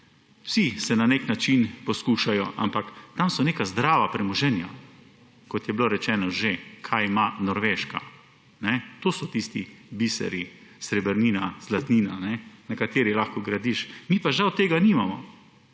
vsi se na nek način poskušajo, ampak tam so neka zdrava premoženja, kot je bilo rečeno že, kaj ima Norveška. To so tisti biseri, srebrnina, zlatnina, na kateri lahko gradiš, mi pa žal tega nimamo.